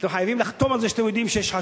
אתם חייבים לחתום על זה שיש חשש,